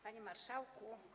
Panie Marszałku!